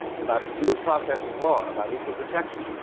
about due process of law, about equal protection.